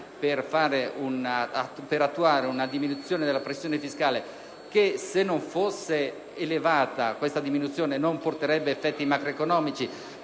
per attuare una diminuzione della pressione fiscale, che se non fosse elevata non porterebbe effetti macroeconomici.